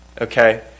Okay